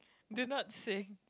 do not sing